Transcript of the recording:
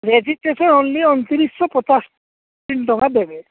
registration only ଅଣତିରିଶହ ପଚାଶ ତିନି ଟଙ୍କା ଦେବେ